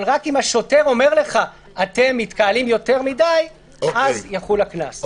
אבל רק אם השוטר אומר לך: אתם מתקהלים יותר מדי אז יחול הקנס.